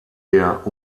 der